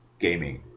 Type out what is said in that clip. gaming